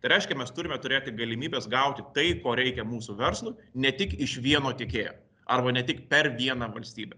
tai reiškia mes turime turėti galimybes gauti tai ko reikia mūsų verslui ne tik iš vieno tiekėjo arba ne tik per vieną valstybę